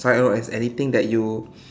find out as anything that you